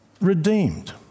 redeemed